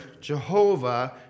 Jehovah